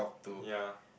ya